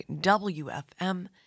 W-F-M